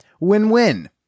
Win-win